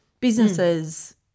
businesses